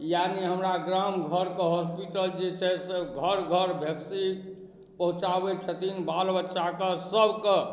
यानी हमरा गामघरके हॉस्पिटल जे छै से घर घर वैक्सीन पहुँचाबै छथिन बालबच्चाके सबके